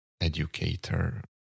educator